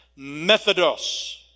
Methodos